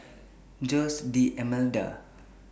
Jose D'almeida